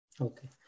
Okay